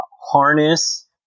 harness